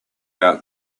out